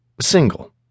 Single